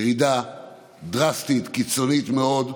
ירידה דרסטית, קיצונית מאוד,